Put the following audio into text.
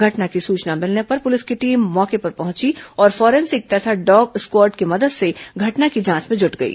घटना की सूचना मिलने पर पुलिस की टीम मौके पर पहुंची और फॉरेंसिक तथा डॉग स्क्वाड की मदद से घटना की जांच में जुट गई